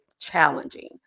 challenging